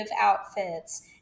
outfits